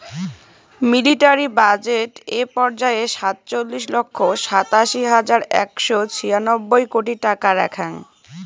military budget এ পর্যায়ে সাতচল্লিশ লক্ষ সাতাশি হাজার একশো ছিয়ানব্বই কোটি টাকা রাখ্যাং